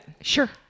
Sure